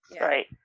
Right